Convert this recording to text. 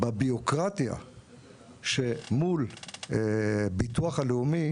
בבירוקרטיה מול הביטוח הלאומי